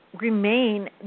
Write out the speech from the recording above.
remain